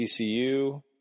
TCU